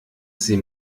sie